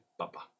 papa